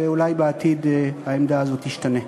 ואולי בעתיד העמדה הזאת תשתנה.